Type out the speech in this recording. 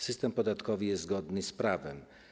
System podatkowy jest zgodny z prawem.